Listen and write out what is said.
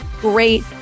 Great